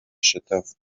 شتافت